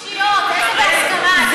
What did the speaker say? זה בחירות אישיות, איזה בהסכמה?